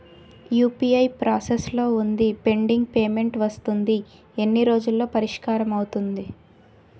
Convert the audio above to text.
UPI process లో వుంది pending payment వస్తుంది ఎన్ని రోజుల్లో పరిష్కారం అవుతుంది